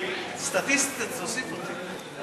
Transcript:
סטטיסטית תוסיף אותי.